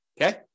okay